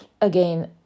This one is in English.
Again